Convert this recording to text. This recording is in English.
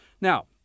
Now